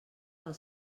del